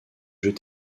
jeux